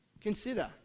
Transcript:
Consider